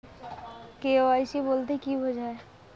KYC বলতে কি বোঝায়?